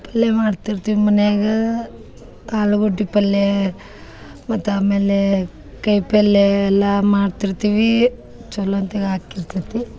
ಪಲ್ಲೆ ಮಾಡ್ತಿರ್ತೀವಿ ಮನ್ಯಾಗ ಆಲೂಗಡ್ಡಿ ಪಲ್ಲೇ ಮತ್ತೆ ಆಮೇಲೆ ಕಯ್ ಪಲ್ಲೇ ಎಲ್ಲ ಮಾಡ್ತಿರ್ತೀವಿ ಚಲೋ ಒಂತಾಗ ಆಕಿರ್ತೈತಿ